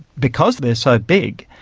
because they are so big,